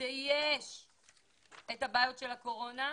שיש את הבעיות של הקורונה,